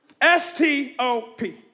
S-T-O-P